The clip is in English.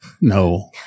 No